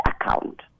account